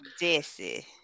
Jesse